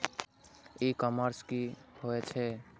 ई commerce की होए छै?